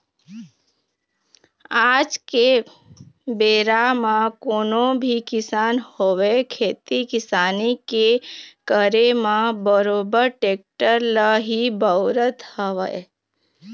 आज के बेरा म कोनो भी किसान होवय खेती किसानी के करे म बरोबर टेक्टर ल ही बउरत हवय